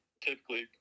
typically